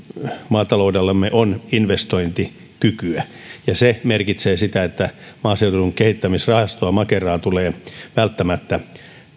maataloudellamme on investointikykyä ja se merkitsee sitä että maaseudun kehittämisrahastoa makeraa tulee välttämättä